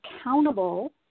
accountable